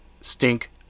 stink